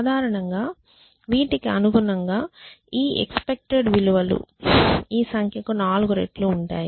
సాధారణంగా వీటికి అనుగుణంగా ఈ ఎక్స్పెక్టెడ్ విలువలు ఈ సంఖ్యకు 4 రెట్లు ఉంటాయి